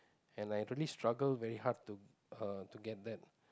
and I really struggle very hard to uh uh to get that